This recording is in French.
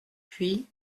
puis